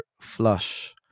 flush